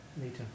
later